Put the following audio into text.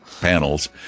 panels